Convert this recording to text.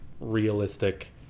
realistic